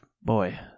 boy